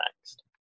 next